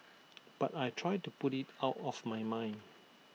but I try to put IT out of my mind